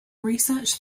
research